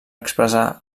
expressar